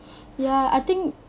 ya I think